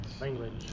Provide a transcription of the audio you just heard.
Language